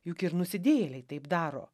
juk ir nusidėjėliai taip daro